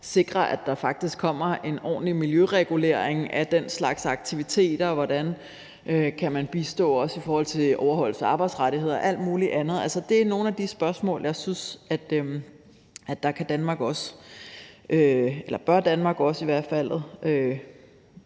sikre, at der faktisk kommer en ordentlig miljøregulering af den slags aktiviteter, hvordan man kan bistå også i forhold til overholdelse af arbejdsrettigheder og alt muligt andet. Det er nogle af de spørgsmål, jeg synes Danmark bør stille sig